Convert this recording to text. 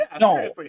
No